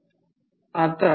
तर हे E1 N1 d ∅ dt आहे